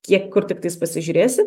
kiek kur tiktais pasižiūrėsi